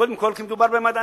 קודם כול, כי מדובר במדענים.